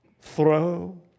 throw